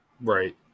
right